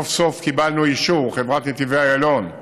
סוף-סוף קיבלנו אישור, חברת נתיבי איילון,